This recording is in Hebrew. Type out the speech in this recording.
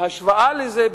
בהשוואה לזה,